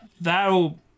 That'll